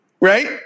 Right